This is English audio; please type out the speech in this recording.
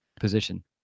position